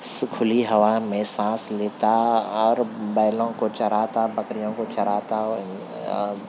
کھلی ہوا میں سانس لیتا اور بیلوں کو چراتا بکریوں کو چراتا اور